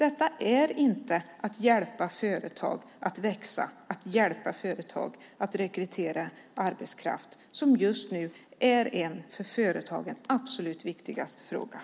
Detta är inte att hjälpa företag att växa och att rekrytera arbetskraft, som just nu är den för företagen absolut viktigaste frågan.